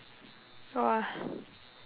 !wah!